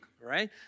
right